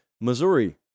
Missouri